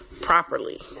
properly